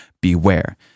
Beware